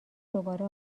دوباره